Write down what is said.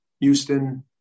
Houston